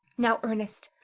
now, ernest,